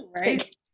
right